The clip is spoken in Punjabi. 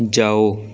ਜਾਓ